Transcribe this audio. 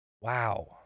wow